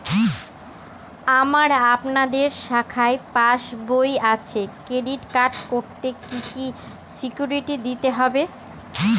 আমার আপনাদের শাখায় পাসবই আছে ক্রেডিট কার্ড করতে কি কি সিকিউরিটি দিতে হবে?